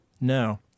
No